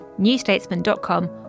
newstatesman.com